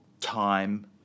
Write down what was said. time